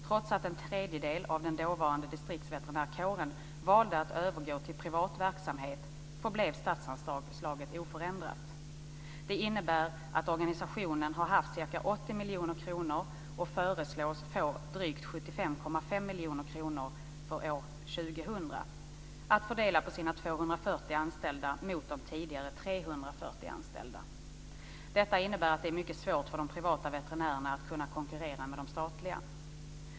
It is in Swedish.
Trots att en tredjedel av den dåvarande distriktsveterinärkåren valde att övergå till privat verksamhet förblev statsanslaget oförändrat. Det innebär att organisationen har haft ca 80 miljoner kronor, och för år 2000 föreslås få drygt 75,5 miljoner kronor, att fördela på 240 anställda mot tidigare 340 anställda. Det innebär att det är mycket svårt för privata veterinärer att konkurrera med de statliga.